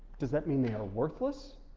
does that mean they are worthless?